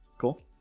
cool